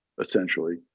essentially